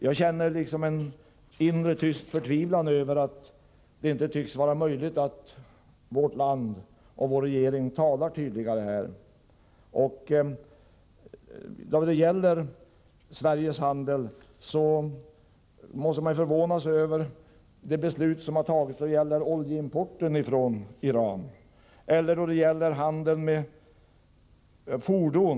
Jag känner en inre tyst förtvivlan över att det inte tycks vara möjligt att vårt land och vår regering talar tydligare i detta sammanhang. Då det gäller Sveriges handel måste man förvånas över det beslut som har fattats om oljeimporten från Iran. Detsamma gäller handeln med fordon.